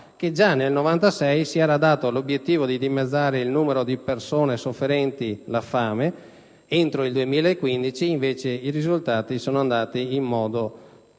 che già nel 1996 si era data l'obiettivo di dimezzare il numero di persone sofferenti la fame entro il 2015. Al contrario, i risultati sono andati in modo sicuramente